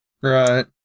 Right